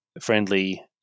friendly